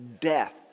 death